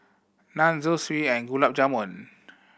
Naan Zosui and Gulab Jamun